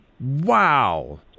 Wow